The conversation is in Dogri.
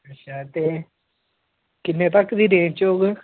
ते अच्छा किन्ने तगर दी रेंज़ च होङन